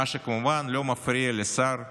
מה שכמובן לא מפריע לשר האוצר,